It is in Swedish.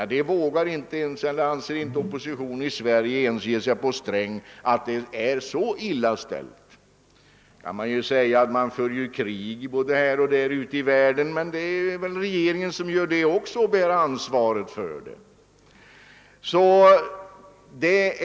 Att det är så illa ställt i Sverige anser sig inte ens oppositionen här kunna ge sig på Sträng och göra gällande. Nu kan man naturligtvis säga, att USA för krig här och var ute i världen, men det är väl regeringen som gör det också och som bär ansvaret för det.